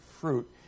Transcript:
fruit